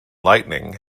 lightning